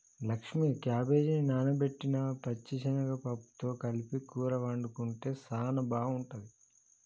లక్ష్మీ క్యాబేజిని నానబెట్టిన పచ్చిశనగ పప్పుతో కలిపి కూర వండుకుంటే సానా బాగుంటుంది